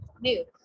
New